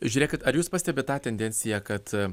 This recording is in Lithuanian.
žiūrėkit ar jūs pastebit tą tendenciją kad